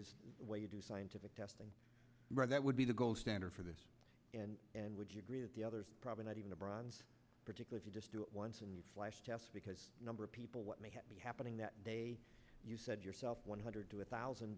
is the way you do scientific testing that would be the gold standard for this and and would you agree that the other probably not even a bronze particular you just do it once in the flesh test because number of people what may have been happening that day you said yourself one hundred to a thousand